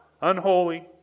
Unholy